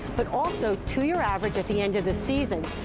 but also to your average at the end of the season.